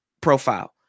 profile